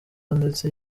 ndetse